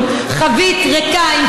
חברי הכנסת,